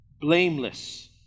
Blameless